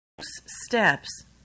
Steps